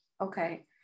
okay